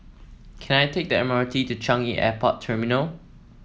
can I take the M R T to Changi Airport Terminal